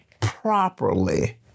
properly